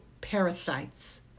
parasites